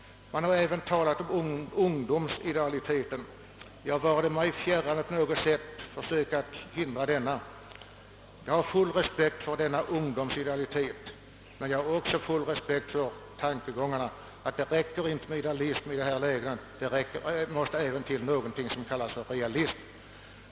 Man har även talat om ungdomsidealiteten. Det vare mig fjärran att på något sätt försöka minska denna. Jag har all respekt för ungdomsidealiteten — men jag har också all respekt för tankegången att det inte räcker med idealism i detta läge utan att det även måste till något som kallas realism.